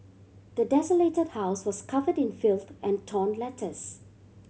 the desolated house was covered in filth and torn letters